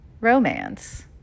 romance